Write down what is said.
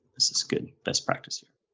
this is good, best practice here